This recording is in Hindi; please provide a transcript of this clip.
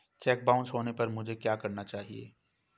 चेक बाउंस होने पर मुझे क्या करना चाहिए?